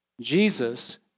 Jesus